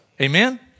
Amen